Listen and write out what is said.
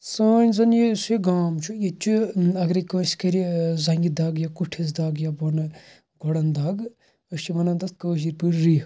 سٲنۍ زَن یُس یہِ گام چھُ ییٚتہِ چھُ اگرے کٲنٛسہِ کَرٕ ٲں زَنٛگہ دگ یا کوٚٹھِس دگ یا بۄنہٕ گۄڈَن دگ أسۍ چھِ ونان تتھ کٲشرۍ پٲٹھۍ رِیٖح